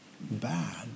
bad